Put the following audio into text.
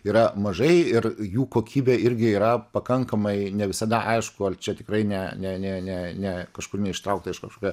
yra mažai ir jų kokybė irgi yra pakankamai ne visada aišku ar čia tikrai ne ne ne ne ne kažkur neištraukta iš kažkokio